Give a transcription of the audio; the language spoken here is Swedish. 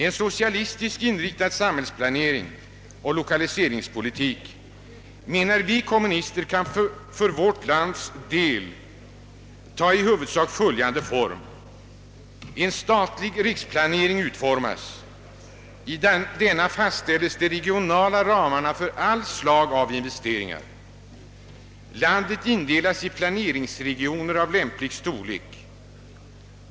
En socialistiskt inriktad samhällsplanering och lokaliseringspolitik kan, menar vi kommunister, för vårt lands del ta i huvudsak följande form: En statlig riksplanering utformas. I denna fastställes de regionala ramarna för alla slag av investeringar. Landet indelas i planeringsregioner av lämplig storlek.